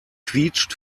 quietscht